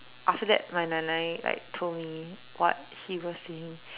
after that my 奶奶 like told me what he was saying